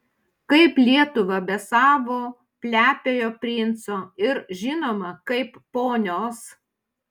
kaip lietuva be savo plepiojo princo ir žinoma kaip ponios